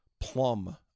Plum